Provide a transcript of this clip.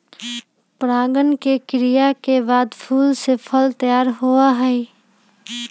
परागण के क्रिया के बाद फूल से फल तैयार होबा हई